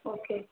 okay